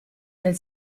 nel